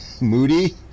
moody